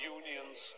unions